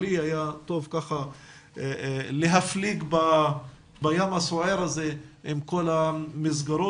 לי היה טוב להפליג בים הסוער הזה עם כל המסגרות